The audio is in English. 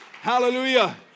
Hallelujah